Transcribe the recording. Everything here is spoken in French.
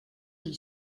j’y